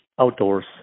outdoors